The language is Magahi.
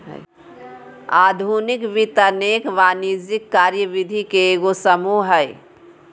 आधुनिक वित्त अनेक वाणिज्यिक कार्यविधि के एगो समूह हइ